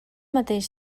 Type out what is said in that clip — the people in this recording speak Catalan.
mateix